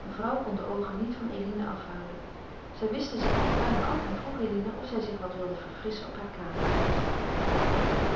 mevrouw kon de oogen niet van eline afhouden zij wischte zich hare tranen af en vroeg eline of zij zich wat wilde verfrisschen op hare kamer